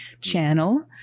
channel